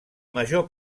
major